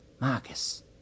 Marcus